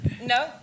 No